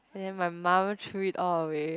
and then my mum threw it all away